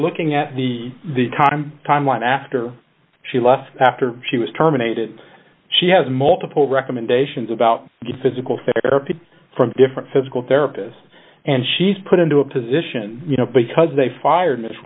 looking at the the time timeline after she left after she was terminated she has multiple recommendations about good physical therapy from different physical therapists and she's put into a position you know because they fired